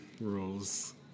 rules